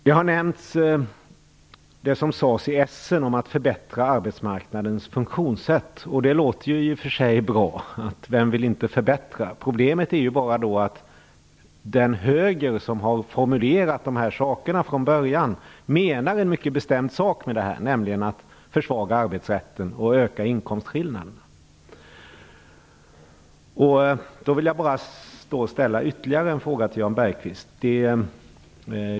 Här har nämnts det som sades i Essen om att förbättra arbetsmarknadens funktionssätt. Det låter i och för sig bra. Vem vill inte förbättra? Problemet är bara att den höger som från början har formulerat detta menar en mycket bestämd sak: att försvaga arbetsrätten och öka inkomstskillnaderna. Bergqvist.